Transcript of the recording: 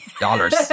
dollars